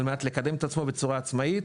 על מנת לקדם את עצמו בצורה עצמאית,